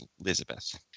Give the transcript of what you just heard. elizabeth